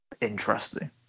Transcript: Interesting